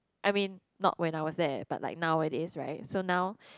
I mean not when I was there but now it is right so now